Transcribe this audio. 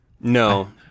no